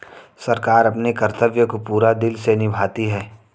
सरकार अपने कर्तव्य को पूरे दिल से निभाती है